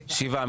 שבעה.